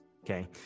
Okay